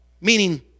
meaning